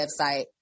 website